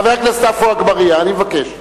חבר הכנסת עפו אגבאריה, אני מבקש.